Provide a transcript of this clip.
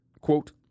Quote